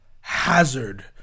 hazard